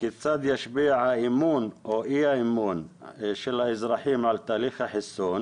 כיצד ישפיע האמון או אי-האמון של האזרחים על תהליך החיסון?